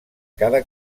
cada